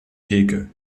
theke